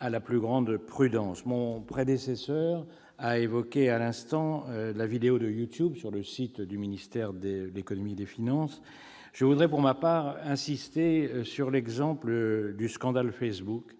à la plus grande prudence. Mon prédécesseur à cette tribune a évoqué la vidéo de YouTube ... Eh oui !... sur le site du ministère de l'économie et des finances. Je voudrais, pour ma part, insister sur le scandale Facebook